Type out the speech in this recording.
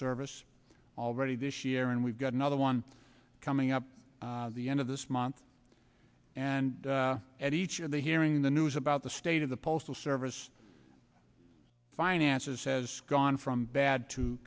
service already this year and we've got another one coming up the end of this month and at each of the hearing the news about the state of the postal service finances says gone from bad to